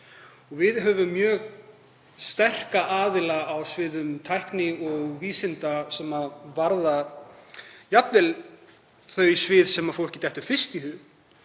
við höfum mjög sterka aðila á sviði tækni og vísinda sem varða jafnvel þau svið sem fólki dettur fyrst í hug,